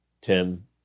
Tim